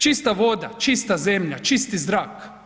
Čista voda, čista zemlja, čisti zrak.